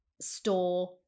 store